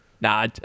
nah